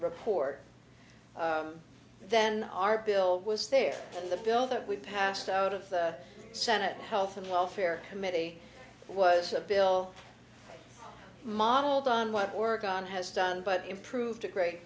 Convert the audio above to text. report then our bill was there and the bill that we passed out of the senate health and welfare committee was a bill modeled on what work on has done but improved a great